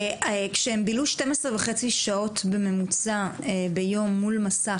כשהם בילו 12.5 שעות בממוצע ביום מול מסך,